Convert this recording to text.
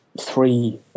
three